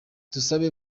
dusabe